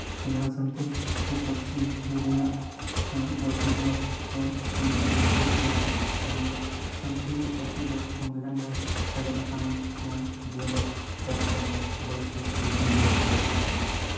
ᱟᱞᱮᱦᱚᱸ ᱥᱟᱱᱛᱟᱲᱤ ᱯᱟᱹᱨᱥᱤ ᱦᱩᱭ ᱨᱮᱱᱟᱜ ᱚᱨᱡᱚ ᱫᱚ ᱦᱚᱸ ᱥᱚᱝᱵᱤᱫᱷᱟᱱ ᱨᱮ ᱥᱮᱞᱮᱫ ᱞᱟᱹᱜᱤᱫ ᱟᱢᱟᱜ ᱥᱟᱱᱛᱟᱲᱤ ᱯᱟᱹᱨᱥᱤ ᱫᱚ ᱥᱚᱝᱵᱤᱫᱷᱟᱱ ᱨᱮ ᱥᱮᱞᱮᱫ ᱟᱠᱟᱱᱟ ᱫᱩ ᱦᱟᱡᱟᱨ ᱪᱟᱨ ᱥᱟᱞᱨᱮ ᱵᱟᱭᱤᱥᱮ ᱰᱤᱥᱮᱢᱵᱚᱨ ᱦᱤᱞᱳᱜ